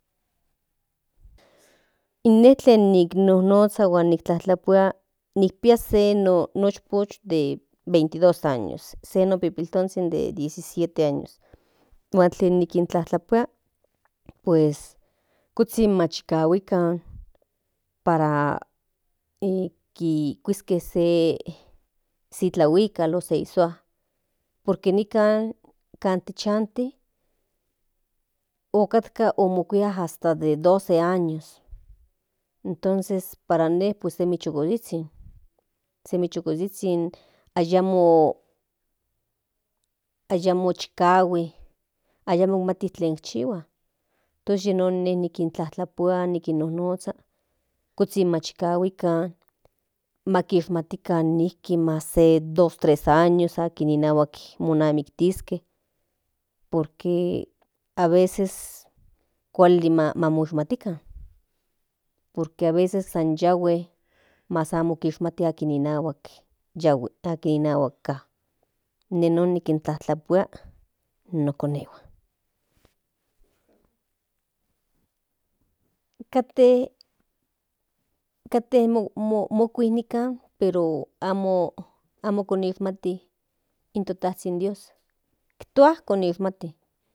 In ne tlen nenoknozha tlen motlapuia nikpia se no ishpoch de 22 años huan se no pipiltonzhin de 17 años huan tlen nikintlajtlapuia pues ckuzhin machikahuikan para kuiske se tlahuikal o se no sua por que nikan kan ti chanti otkatka omokuia hasta de 12 años entonces para in ne semi chukozhizhin ayamo chikahuak ayamo mati tlen chihua tos yinon ne nikintlapuia nikinnonozha kuzhin machikahuikan makishmatikan mas 2 3 años akin monahuak monamiktiske por que aveces kuali momashmatikan por que aveces san yahue mas kinmati akin monahuak yahue akin monahuak ka de in non nikintlapuia no konehuan kate mokui nikan pero amo konishmati in to tazhin dios tua kinishmati.